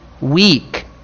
weak